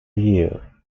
year